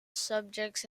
subjects